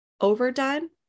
overdone